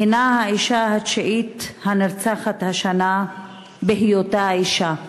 היא האישה התשיעית הנרצחת השנה בהיותה אישה,